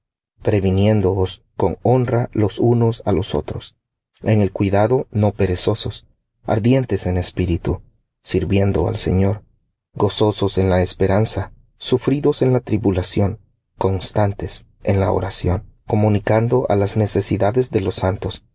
previniéndoos con honra los unos á los otros en el cuidado no perezosos ardientes en espíritu sirviendo al señor gozosos en la esperanza sufridos en la tribulación constantes en la oración comunicando á las necesidades de los santos